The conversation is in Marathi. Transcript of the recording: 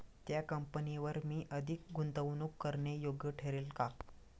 त्या कंपनीवर मी अधिक गुंतवणूक करणे योग्य ठरेल का?